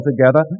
together